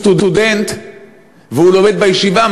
סטודנט והוא לומד בישיבה,